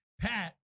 Pat